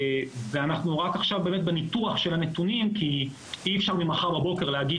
אנחנו רק עכשיו בניתוח הנתונים כי אי אפשר ממחר בבוקר להגיד